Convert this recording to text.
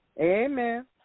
Amen